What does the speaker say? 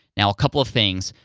now, a couple of things.